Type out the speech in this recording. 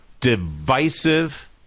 divisive